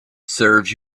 serves